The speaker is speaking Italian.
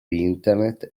internet